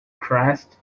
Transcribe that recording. crest